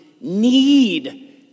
need